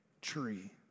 tree